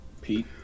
Pete